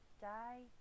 die